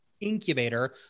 incubator